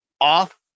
off